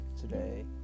today